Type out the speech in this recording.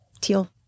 teal